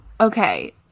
Okay